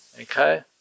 okay